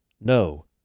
No